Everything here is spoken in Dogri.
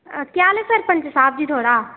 केह् हाल ऐ सरपंच साह्ब जी थुआढ़ा